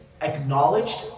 acknowledged